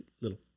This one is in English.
little